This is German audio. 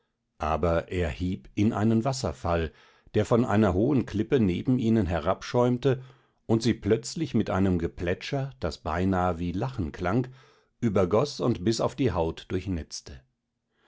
aber er hieb in einen wasserfall der von einer hohen klippe neben ihnen herabschäumte und sie plötzlich mit einem geplätscher das beinahe wie lachen klang übergoß und bis auf die haut